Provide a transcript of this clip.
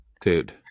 dude